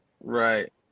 Right